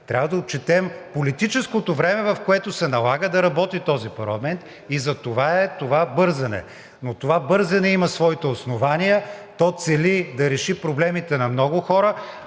Трябва да отчетем политическото време, в което се налага да работи този парламент, и затова е това бързане. Но това бързане има своите основания. То цели да реши проблемите на много хора,